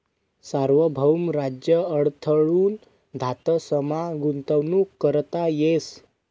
सार्वभौम राज्य कडथून धातसमा गुंतवणूक करता येस